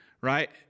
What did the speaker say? right